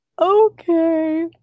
Okay